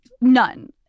None